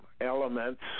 elements